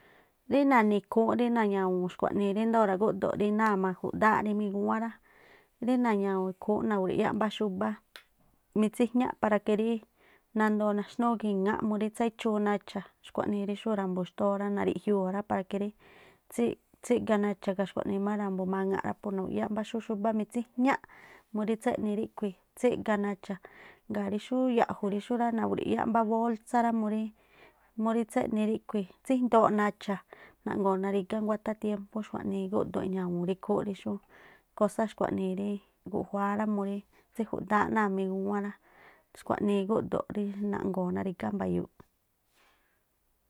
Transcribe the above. Rí naꞌni̱ ikhúún rí na̱ña̱wu̱u̱n xkuaꞌnii rí ríndóo̱ ra̱gúꞌdo̱ꞌ náa̱ maju̱dááꞌ rí migúwán rá, rí na̱ñawu̱u̱ ikhúún nagrui̱yá mbá xúbá mitsíjñápara que rí nandoo naxnúú gi̱ŋááꞌ para que rí tséchuu nacha̱, xkhuaꞌnii rí xú ra̱bu̱ xtóó rá, nariꞌjiuu̱ rá para que rí tsí- tsíga- nacha̱, gaa̱ xkhuaꞌnii má ra̱bu̱ maŋa̱ꞌ rá pu ngruiyá mbá xú xúbá mitsíjñáꞌ murí tséꞌni ríꞌkhui̱ tsíꞌga nacha̱. Ngaa̱ rí xú ya̱ꞌju̱ rí xúrí nagrui̱yá mbá bolsá rá murí tsíjndooꞌ nacha̱, naꞌngo̱o̱ narígá nguá tiémpú xkuaꞌnii gúꞌdo̱ꞌ na̱ñawu̱u̱n rí ikhúún rí xú kósá xkuaꞌnii guꞌjuáá rá murí tsí ju̱dááꞌ náa̱ migúwán rá. xkuaꞌnii igúꞌdo̱ꞌ rí nango̱o̱ narígá mbayu̱u̱ꞌ.